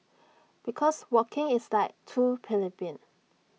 because walking is like too plebeian